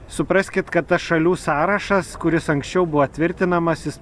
supraskit kad tas šalių sąrašas kuris anksčiau buvo tvirtinamas jis